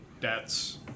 debts